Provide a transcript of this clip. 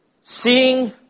Seeing